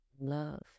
love